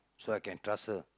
so I can trust her